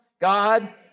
God